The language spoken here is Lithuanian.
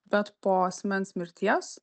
bet po asmens mirties